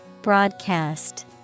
Broadcast